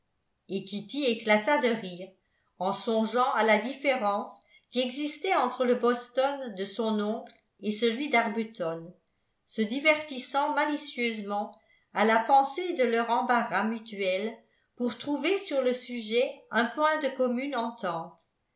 et kitty éclata de rire en songeant à la différence qui existait entre le boston de son oncle et celui d'arbuton se divertissant malicieusement à la pensée de leur embarras mutuel pour trouver sur le sujet un point de commune